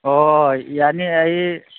ꯑꯣ ꯌꯥꯅꯤ ꯑꯩ